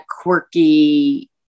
quirky